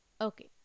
Okay